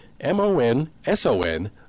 M-O-N-S-O-N